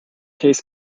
case